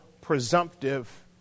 presumptive